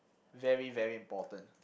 very very important